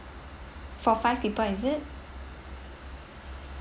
for five people is it